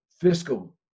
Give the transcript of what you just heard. fiscal